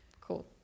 cool